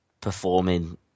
performing